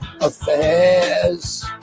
affairs